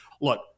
Look